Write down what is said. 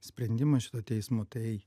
sprendimą šito teismo tai